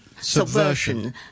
Subversion